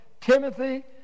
Timothy